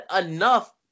enough